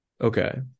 Okay